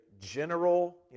general